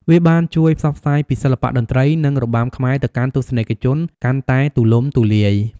វាបានជួយផ្សព្វផ្សាយពីសិល្បៈតន្ត្រី និងរបាំខ្មែរទៅកាន់ទស្សនិកជនកាន់តែទូលំទូលាយ។